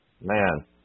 Man